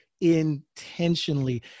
intentionally